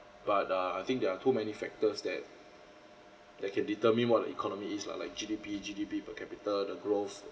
but uh I think there are too many factors that that can determine what the economy is lah like G_D_P G_D_P per capita the growth